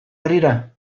herrira